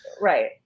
right